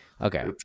Okay